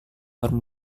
baru